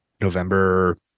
November